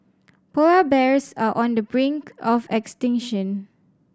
polar bears are on the brink of extinction